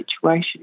situation